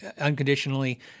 unconditionally